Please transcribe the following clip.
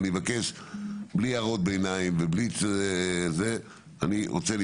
אני מבקש, בלי הערות ביניים, אני רוצה להתקדם,